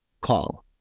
call